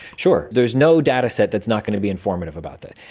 sure. there is no dataset that is not going to be informative about this.